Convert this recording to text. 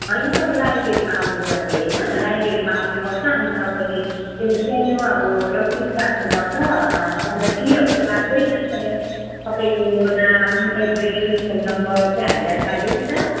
होइन तपाईँ लाइब्रेरीमा आउनु पऱ्यो होइन लाइब्रेरीमा आउनुपर्छ अनि तपाईँले एउटा सानो अब रसिद काट्नुपर्छ तपाईँलाई फीहरू चाहिँ लाग्दैन तर तपाईँको नाम एड्रेस फोन नम्बर चाहिँ हामीलाई चाहियो नि त